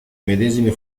medesime